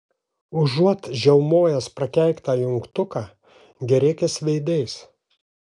užuot žiaumojęs prakeiktą jungtuką gėrėkis veidais